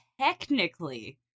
Technically